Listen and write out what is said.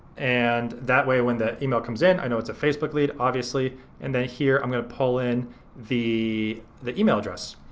and that way when the email comes in i know it's a facebook lead, obviously and then here i'm gonna pull in the the email address.